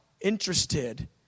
interested